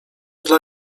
dla